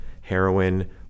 heroin